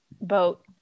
boat